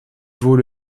vaut